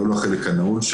לא לחלק הנעול,